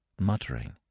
muttering